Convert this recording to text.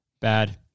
Bad